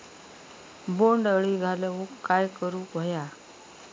बोंड अळी घालवूक काय करू व्हया?